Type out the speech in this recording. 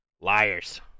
Liars